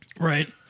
Right